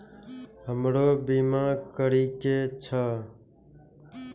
हमरो बीमा करीके छः?